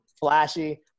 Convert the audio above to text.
flashy